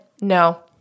No